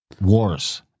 wars